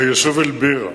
היישוב אל-בירה.